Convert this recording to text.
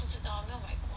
不知道没有买过